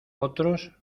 otros